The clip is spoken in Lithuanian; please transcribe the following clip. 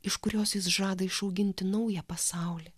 iš kurios jis žada išauginti naują pasaulį